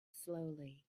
slowly